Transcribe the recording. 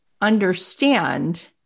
understand